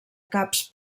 caps